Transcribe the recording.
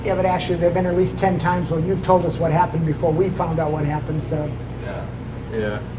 yeah but actually they've been at least ten times where you've told us what happened before we found out what happened. so yeah yeah